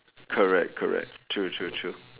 correct correct true true true